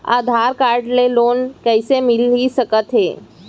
आधार card ले loan कइसे मिलिस सकत हे?